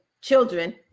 children